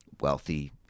wealthy